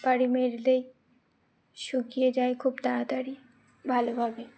বাড়ি মারলেই শুকিয়ে যায় খুব তাড়াতাড়ি ভালোভাবে